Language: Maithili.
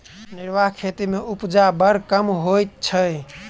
निर्वाह खेती मे उपजा बड़ कम होइत छै